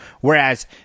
Whereas